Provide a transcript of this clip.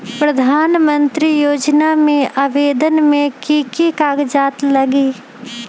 प्रधानमंत्री योजना में आवेदन मे की की कागज़ात लगी?